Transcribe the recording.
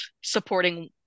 supporting